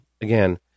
again